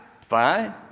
Fine